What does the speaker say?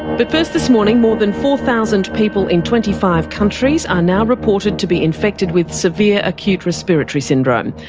but first this morning, more than four thousand people in twenty five countries are now reported to be infected with severe acute respiratory syndrome,